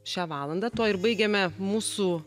šią valandą tuo ir baigiame mūsų